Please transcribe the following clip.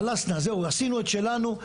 חלאס עשינו את שלנו,